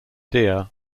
deer